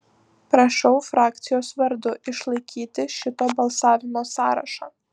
prašau frakcijos vardu išlaikyti šito balsavimo sąrašą